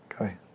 okay